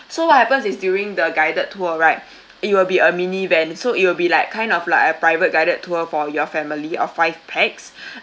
so what happens is during the guided tour right it will be a mini van so it will be like kind of like a private guided tour for your family of five pax